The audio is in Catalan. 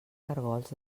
caragols